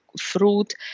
fruit